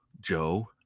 Joe